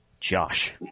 Josh